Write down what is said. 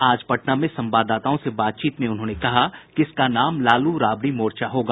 आज पटना में संवाददाताओं से बातचीत में उन्होंने कहा कि इसका नाम लालू राबड़ी मोर्चा होगा